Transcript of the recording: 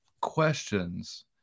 questions